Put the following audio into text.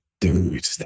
dude